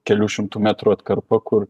kelių šimtų metrų atkarpa kur